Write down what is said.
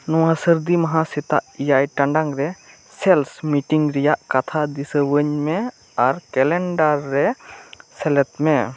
ᱱᱚᱶᱟ ᱥᱟᱨᱫᱤ ᱢᱟᱦᱟ ᱥᱮᱛᱟᱜ ᱮᱭᱟᱭ ᱴᱟᱬᱟᱝ ᱨᱮ ᱥᱮᱞᱥ ᱢᱤᱴᱤᱝ ᱨᱮᱭᱟᱜ ᱠᱟᱛᱷᱟ ᱫᱤᱥᱟᱹᱣᱟᱹᱧ ᱢᱮ ᱟᱨ ᱠᱮᱞᱮᱱᱰᱟᱨ ᱨᱮ ᱥᱮᱞᱮᱫᱽ ᱢᱮ